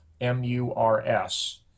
M-U-R-S